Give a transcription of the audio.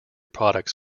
products